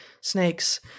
snakes